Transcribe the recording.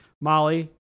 molly